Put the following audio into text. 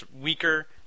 weaker